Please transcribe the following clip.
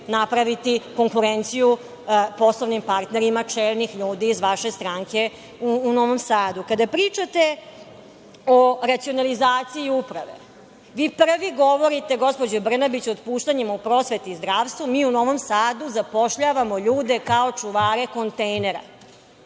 napraviti konkurenciju poslovnim partnerima čelnih ljudi iz vaše stranke u Novom Sadu? Kada pričate o racionalizaciji uprave, vi prvi govorite, gospođo Brnabić, o otpuštanjima u prosveti i zdravstvu, a mi u Novom Sadu zapošljavamo ljude kao čuvare kontejnera.